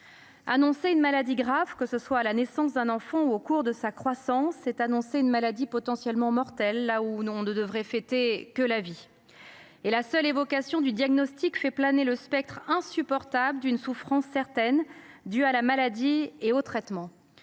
Annoncer une maladie grave, que ce soit à la naissance ou au cours de la croissance, c’est dévoiler une affection potentiellement mortelle à l’heure où l’on ne devrait fêter que la vie. La seule évocation du diagnostic fait planer le spectre insupportable de la souffrance due à la maladie et aux traitements.